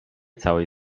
całej